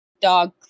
Dog